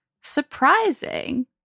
Surprising